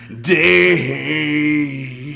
day